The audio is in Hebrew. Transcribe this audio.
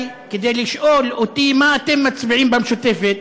כדי לשאול אותי: מה אתם מצביעים במשותפת,